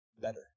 better